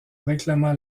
réclamant